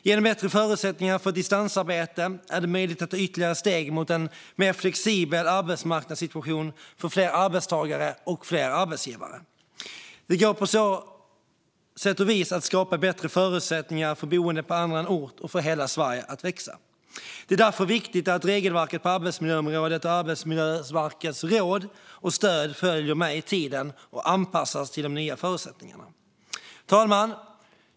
Genom bättre förutsättningar för distansarbete är det möjligt att ta ytterligare steg mot en mer flexibel arbetssituation för fler arbetstagare och fler arbetsgivare. Det går på så vis att skapa bättre förutsättningar för boende på annan ort och att få hela Sverige att växa. Det är därför viktigt att regelverket på arbetsmiljöområdet och Arbetsmiljöverkets råd och stöd följer med i tiden och anpassas till de nya förutsättningarna. Fru talman!